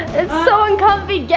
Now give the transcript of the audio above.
so uncomfy!